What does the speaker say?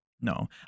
No